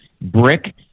brick